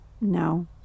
No